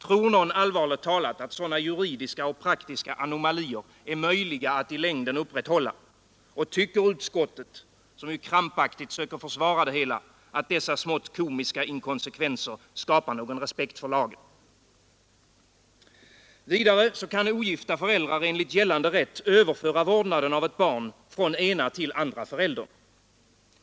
Tror någon, allvarligt talat, att sådana juridiska och praktiska anomalier är möjliga att i längden upprätthålla, och tycker utskottet — som ju krampaktigt söker försvara det hela — att dessa smått komiska inkonsekvenser skapar någon respekt för lagen? Vidare kan ogifta föräldrar enligt gällande rätt överföra vårdnaden av ett barn från ena till andra föräldern.